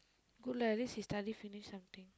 good lah at least he finish study something